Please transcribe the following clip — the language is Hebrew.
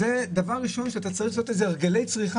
כמובן אני בעד זה שתהיה בריאות ושלא ישתו סוכר,